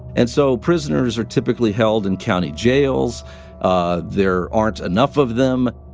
and so prisoners are typically held in county jails ah there aren't enough of them.